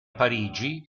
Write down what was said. parigi